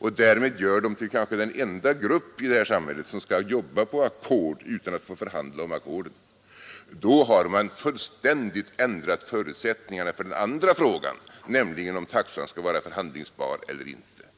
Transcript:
och därmed gör dem till kanske den enda grupp i det här samhället som skall jobba på ackord utan att få förhandla om ackorden — då har man fullständigt ändrat förutsättningarna för den andra frågan, nämligen om taxan skall vara förhandlingsbar eller inte.